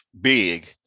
big